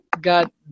got